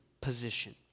position